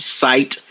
site